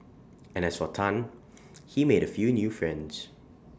and as for Tan he made A few new friends